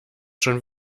schon